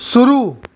शुरू